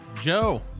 Joe